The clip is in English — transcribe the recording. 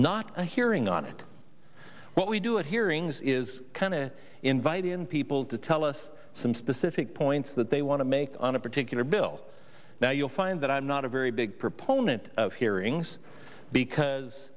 not a hearing on what we do at hearings is kind of inviting people to tell us some specific points that they want to make on a particular bill now you'll find that i'm not a very big proponent of hearings because